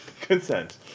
Consent